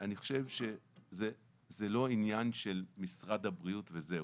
אני חושב שזה לא עניין של משרד הבריאות וזהו,